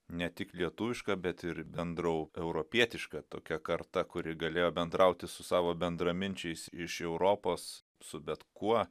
ne tik lietuviška bet ir bendrai europietiška tokia karta kuri galėjo bendrauti su savo bendraminčiais iš europos su bet kuo